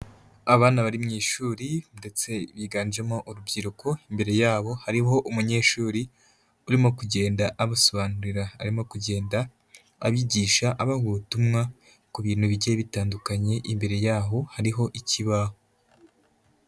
Abana bari mu ishuri, ndetse biganjemo urubyiruko, imbere yabo hariho umunyeshuri urimo kugenda abasobanurira, arimo kugenda abigisha abaha ubutumwa ku bintu bigiye bitandukanye, imbere yaho hariho ikibaho.